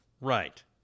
Right